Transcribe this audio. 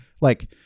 like-